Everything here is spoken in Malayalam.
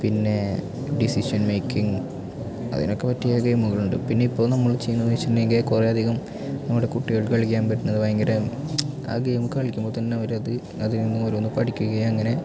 പിന്നേ ഡിസിഷൻ മേക്കിങ് അതിനൊക്കെ പറ്റിയ ഗെയിമുകളുണ്ട് പിന്നെ ഇപ്പോൾ നമ്മൾ ചെയ്യുന്നതെന്ന് വച്ചിട്ട് ഉണ്ടെങ്കിൽ കുറേ അധികം നമ്മുടെ കുട്ടികൾക്ക് കളിക്കാൻ പറ്റുന്ന ഭയങ്കര ആ ഗെയിം കളിക്കുമ്പോൾ തന്നെ അവർ അത് അതിൽ നിന്ന് ഓരോന്ന് പഠിക്കുകയും അങ്ങനെ